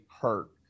hurt